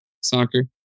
soccer